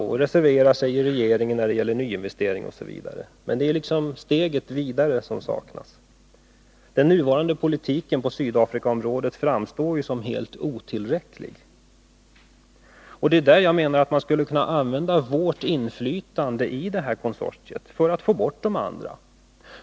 Han reserverar sig i regeringen när det gäller nyinvesteringar osv., men det är steget vidare som saknas. Den nuvarande 15 politiken på Sydafrikaområdet framstår ju som helt otillräcklig. Det är i det avseendet som jag menar att man skulle kunna använda vårt inflytande i det här konsortiet för att få bort de andra.